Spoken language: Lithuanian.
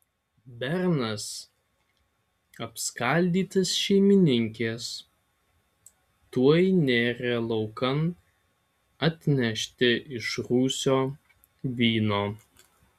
bernas apskaldytas šeimininkės tuoj nėrė laukan atnešti iš rūsio vyno